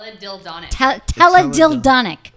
Teledildonic